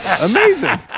Amazing